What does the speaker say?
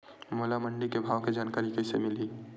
मोला मंडी के भाव के जानकारी कइसे मिलही?